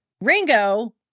Ringo